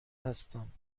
هستم